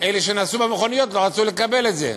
אלה שנסעו במכוניות לא רצו לקבל את זה.